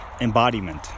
Embodiment